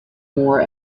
more